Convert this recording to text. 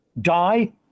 die